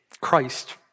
Christ